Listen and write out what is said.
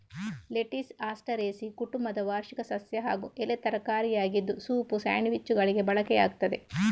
lettuce Asteraceae ಕುಟುಂಬದ ವಾರ್ಷಿಕ ಸಸ್ಯ ಹಾಗೂ ಎಲೆ ತರಕಾರಿಯಾಗಿದ್ದು ಸೂಪ್, ಸ್ಯಾಂಡ್ವಿಚ್ಚುಗಳಿಗೆ ಬಳಕೆಯಾಗ್ತದೆ